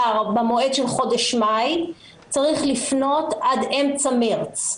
במועד של חודש מאי צריך לפנות עד אמצע מרץ.